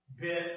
bit